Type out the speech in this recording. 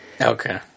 Okay